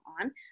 on